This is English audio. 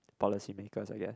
policy makers I guess